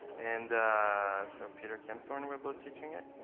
and so peter kempthorne will be teaching it.